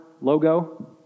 logo